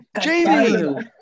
Jamie